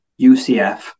UCF